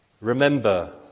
remember